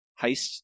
heist